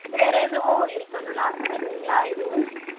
வேறு எதுவும் இருக்கணும்னு ஆசைப்பட்றிங்களா எதுவும் எதுவும் இல்லைமா